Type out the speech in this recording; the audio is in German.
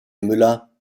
müller